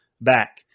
back